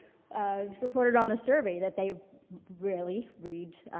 ah reported on the survey, that they rarely read, ah,